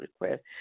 request